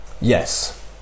Yes